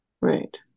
right